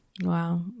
Wow